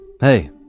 Hey